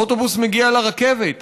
האוטובוס מגיע לרכבת,